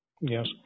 Yes